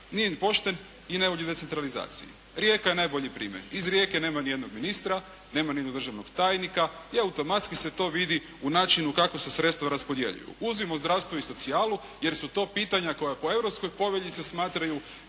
nije pošten i ne vodi decentralizaciji. Rijeka je najbolji primjer. Iz rijeke nema ni jednog ministra, nema ni jednog državnog tajnika i automatski se to vidi u načinu kako se sredstva raspodjeljuju. Uzmimo zdravstvo i socijalu, jer su to pitanja koja po europskoj povelji se smatraju